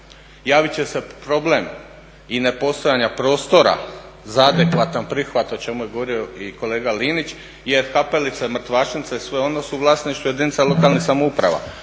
javit će se problem i ne postojanja prostora za adekvatan prihvat, o čemu je govorio i kolega Linić jer kapelice, mrtvačnice su u vlasništvu jedinice lokalne samouprave.